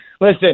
listen